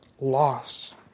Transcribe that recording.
loss